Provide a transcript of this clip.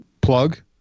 plug